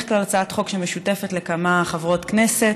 כלל הצעת חוק שמשותפת לכמה חברות כנסת,